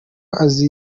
azi